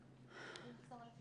השאלה?